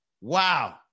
Wow